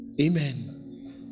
amen